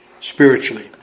spiritually